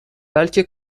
بلکه